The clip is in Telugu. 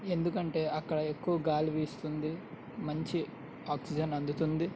ఎందుకంటే అక్కడ ఎక్కువ గాలి వీస్తుంది మంచి ఆక్సిజన్ అందుతుంది